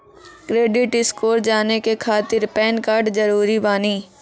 Credit score जाने के खातिर पैन कार्ड जरूरी बानी?